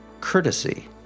courtesy